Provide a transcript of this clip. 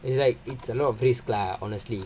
it's like it's a lot of risk lah honestly